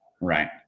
Right